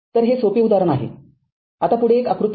तर हे सोपे उदाहरण आहेआता पुढील एक आकृती ५